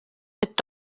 mit